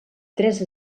tres